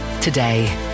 Today